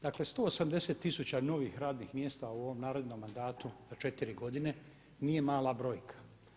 Dakle, 180 000 novih radnih mjesta u ovom narednom mandatu za četiri godine nije mala brojka.